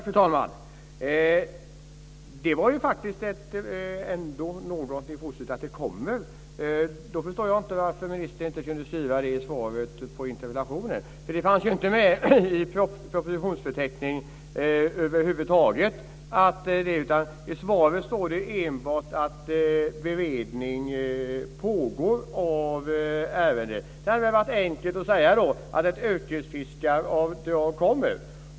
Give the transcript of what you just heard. Fru talman! Det var positivt, att det kommer. Jag förstår inte varför ministern inte kunde skriva det i svaret på interpellationen. Det fanns inte med i propositionsförteckningen över huvud taget. I svaret står det enbart att beredning pågår av ärendet. Det hade varit enkelt att säga att ett yrkesfiskaravdrag kommer.